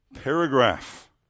paragraph